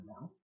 now